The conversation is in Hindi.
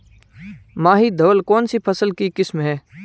माही धवल कौनसी फसल की किस्म है?